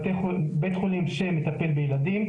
בית חולים שמטפל בילדים.